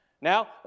Now